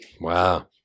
Wow